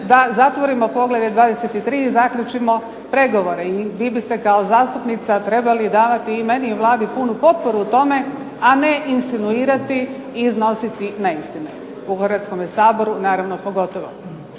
da zatvorimo poglavlje 23 i zaključimo pregovore i vi biste kao zastupnica trebali davati i meni i Vladi punu potporu u tome, a ne insinuirati i iznositi neistine, u Hrvatskome saboru naravno pogotovo.